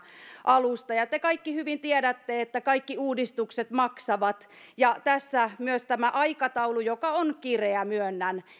alusta te kaikki hyvin tiedätte että kaikki uudistukset maksavat ja tässä myös tämä aikataulu joka on kireä myönnän